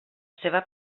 seva